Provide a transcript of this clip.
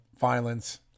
violence